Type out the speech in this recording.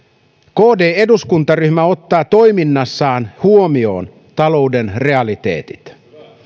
kd eduskuntaryhmä ottaa toiminnassaan huomioon talouden realiteetit